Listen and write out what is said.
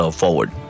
forward